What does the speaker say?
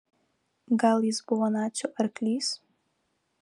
gal jis buvo nacių arklys